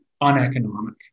uneconomic